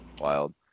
wild